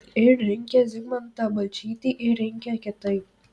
ir rinkę zigmantą balčytį ir rinkę kitaip